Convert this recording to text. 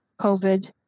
COVID